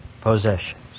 possessions